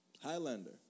Highlander